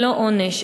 ולא עונש,